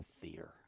fear